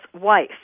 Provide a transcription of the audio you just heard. wife